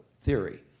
theory